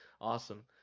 Awesome